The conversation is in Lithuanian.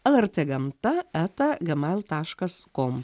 lrt gamta eta gmail taškas com